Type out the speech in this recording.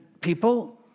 people